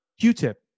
Q-Tip